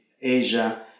Asia